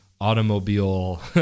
automobile